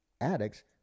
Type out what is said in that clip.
addicts